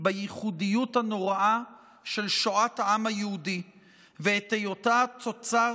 בייחודיות הנוראה של שואת העם היהודי ואת היותה תוצר